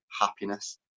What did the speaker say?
happiness